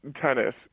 tennis